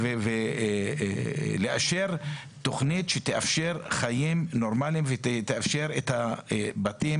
ולאשר תוכנית שתאפשר חיים נורמליים ותאפשר לבתים